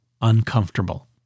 uncomfortable